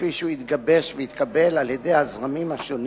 כפי שהוא התגבש והתקבל על-ידי הזרמים השונים